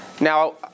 Now